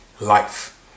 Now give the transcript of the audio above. life